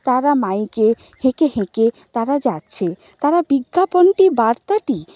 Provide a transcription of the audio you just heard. তারা মাইকে হেঁকে হেঁকে তারা যাচ্ছে তারা বিজ্ঞাপনটি বার্তাটি